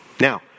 Now